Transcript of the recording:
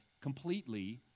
completely